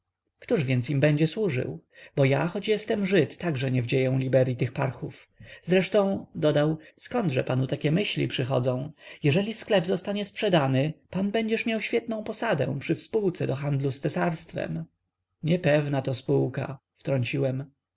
więc im będzie służył bo ja choć jestem żyd także nie wdzieję liberyi tych parchów zresztą dodał zkądże panu takie myśli przychodzą jeżeli sklep zostanie sprzedany pan będziesz miał świetną posadę przy współce do handlu z cesarstwem niepewnato ta spółka wtrąciłem